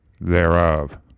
thereof